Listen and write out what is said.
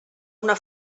una